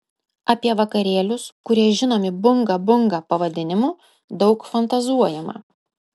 apie vakarėlius kurie žinomi bunga bunga pavadinimu daug fantazuojama